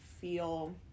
feel